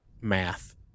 math